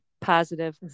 positive